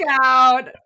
out